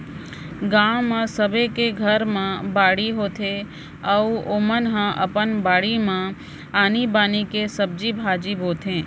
गाँव म सबे के घर म बाड़ी होथे अउ ओमन ह अपन बारी म आनी बानी के सब्जी भाजी बोथे